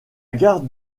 gare